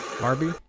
Barbie